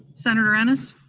senator ennis?